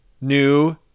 new